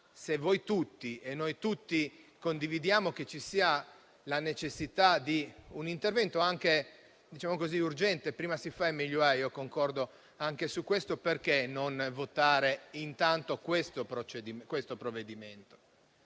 se voi tutti e noi tutti condividiamo che vi sia la necessità di un intervento urgente - prima si fa, meglio è (concordo anche su questo) - perché non votare intanto il provvedimento?